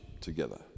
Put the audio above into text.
together